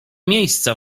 miejsca